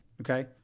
Okay